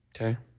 Okay